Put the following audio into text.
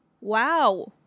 Wow